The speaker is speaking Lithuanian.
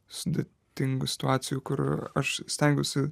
sudėtingų situacijų kur aš stengiausi